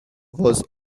was